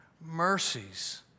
mercies